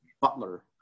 Butler